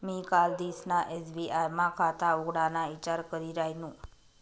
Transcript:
मी कालदिसना एस.बी.आय मा खाता उघडाना ईचार करी रायनू